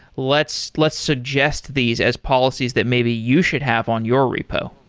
let's let's suggest these as policies that maybe you should have on your repo.